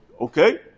Okay